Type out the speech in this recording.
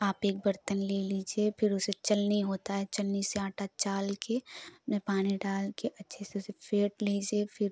आप एक बर्तन ले लीजिए फिर उसे चलनी होता है चलनी से आटा चाल कर में पानी डाल कर अच्छे से उसे फेंट लीज़िए फिर